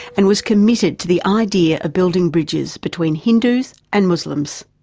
and was committed to the idea of building bridges between hindus and muslims.